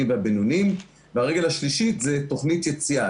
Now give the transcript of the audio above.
והבינוניים; והרגל השלישית היא תוכנית יציאה,